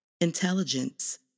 intelligence